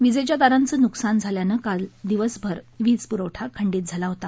विजेच्या तारांचं नुकसान झाल्यानं काल दिवसभर वीज पुरवठा खंडित झाला होता